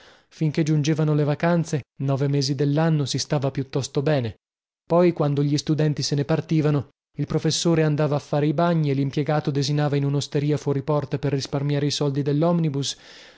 finchè giungevano le vacanze nove mesi dellanno si stava piuttosto bene poi quando gli studenti se ne partivano il professore andava a fare i bagni e limpiegato desinava in unosteria fuori porta per risparmiare i soldi dellomnibus